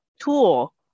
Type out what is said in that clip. tool